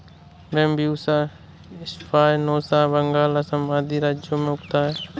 Bambusa स्पायनोसा बंगाल, असम आदि राज्यों में उगता है